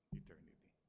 eternity